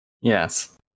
Yes